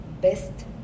best